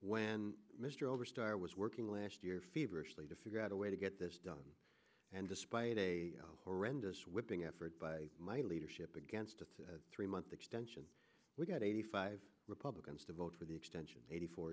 when mr over starr was working last year to figure out a way to get this done and despite a horrendous whipping effort by my leadership against a three month extension we got eighty five republicans to vote for the extension eighty four